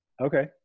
Okay